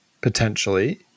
potentially